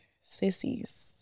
sissies